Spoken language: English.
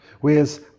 Whereas